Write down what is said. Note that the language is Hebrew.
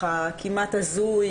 וכמעט הזוי,